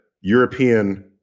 European